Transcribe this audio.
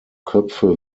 köpfe